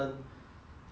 um